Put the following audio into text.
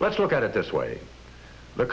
let's look at it this way the